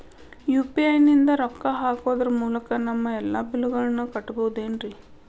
UPI ನಿಂದ ರೊಕ್ಕ ಹಾಕೋದರ ಮೂಲಕ ನಮ್ಮ ಎಲ್ಲ ಬಿಲ್ಲುಗಳನ್ನ ಕಟ್ಟಬಹುದೇನ್ರಿ?